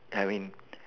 I mean